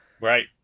Right